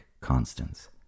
constants